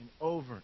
over